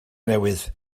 newydd